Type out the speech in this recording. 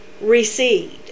recede